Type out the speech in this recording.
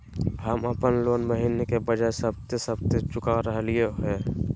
हम अप्पन लोन महीने के बजाय सप्ताहे सप्ताह चुका रहलिओ हें